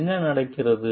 என்ன நடக்கிறது